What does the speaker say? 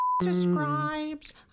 Describes